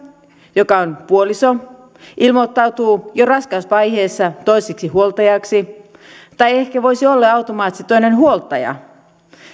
joka on puoliso ilmoittautuu jo raskausvaiheessa toiseksi huoltajaksi tai ehkä voisi olla jo automaattisesti toinen huoltaja